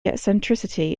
eccentricity